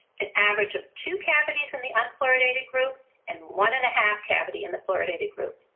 an average of two cavities in the unfluoridated group and one and a half cavity in the fluoridated group.